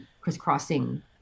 crisscrossing